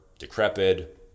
decrepit